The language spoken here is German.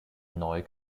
neu